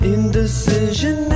Indecision